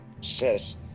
Says